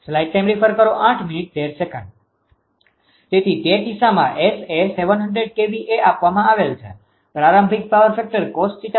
તેથી તે કિસ્સામાં S એ 700 kVA આપવામાં આવેલ છે પ્રારંભિક પાવર ફેક્ટર cos𝜃1૦